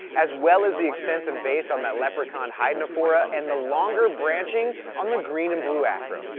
as well as the extensive base on that leprechaun hydnophora, and the longer branching on the green and blue acro.